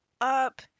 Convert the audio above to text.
up